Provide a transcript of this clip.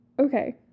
okay